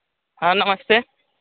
हाँ नमस्ते